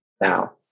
now